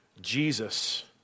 Jesus